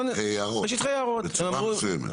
בשטחי יערות, בצורה מסוימת.